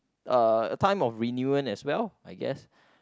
uh a time of reunion as well I guess